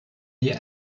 the